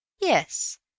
Yes